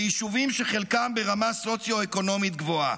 ביישובים שחלקם ברמה סוציו-אקונומית גבוהה.